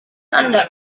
anda